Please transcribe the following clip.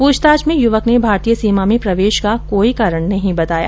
पूछताछ में युवक ने भारतीय सीमा में प्रवेश का कोई कारण नहीं बताया